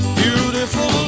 beautiful